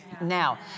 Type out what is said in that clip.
Now